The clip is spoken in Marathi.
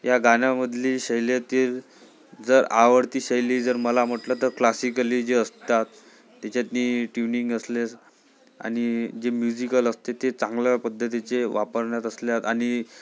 या गाण्यामधली शैलीतील जर आवडती शैली जर मला म्हटलं तर क्लासिकली जी असतात त्याच्यातली ट्यूनिंग असल्यास आणि जे म्यूजिकल असते ते चांगल्या पद्धतीचे वापरण्यात असल्यात आणि